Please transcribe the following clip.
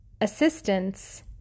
assistance